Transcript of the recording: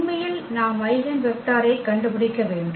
உண்மையில் நாம் ஐகென் வெக்டரை கண்டுபிடிக்க வேண்டும்